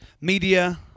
media